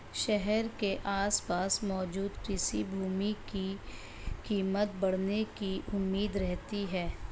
शहर के आसपास मौजूद कृषि भूमि की कीमत बढ़ने की उम्मीद रहती है